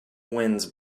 winds